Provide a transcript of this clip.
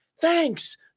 thanks